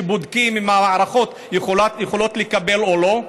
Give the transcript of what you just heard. שבודקים אם המערכות יכולות לקבל או לא.